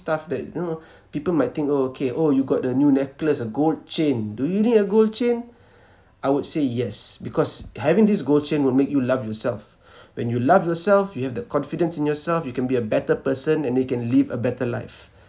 stuff that you know people might think oh okay oh you got the new necklace a gold chain do you need a gold chain I would say yes because having this gold chain will make you love yourself when you love yourself you have the confidence in yourself you can be a better person and then you can live a better life